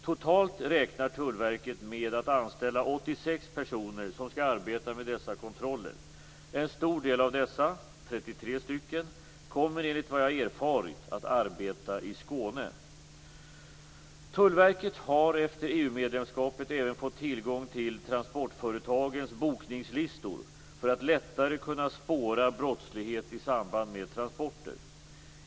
Totalt räknar Tullverket med att anställa 86 personer som skall arbeta med dessa kontroller. En stor del av dessa, 33 stycken, kommer enligt vad jag erfarit att arbeta i Skåne. Tullverket har efter EU-medlemskapet även fått tillgång till transportföretagens bokningslistor för att lättare kunna spåra brottslighet i samband med transporter.